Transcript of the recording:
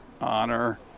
honor